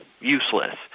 useless